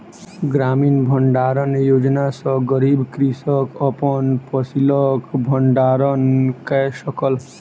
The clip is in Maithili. ग्रामीण भण्डारण योजना सॅ गरीब कृषक अपन फसिलक भण्डारण कय सकल